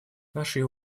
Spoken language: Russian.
нашей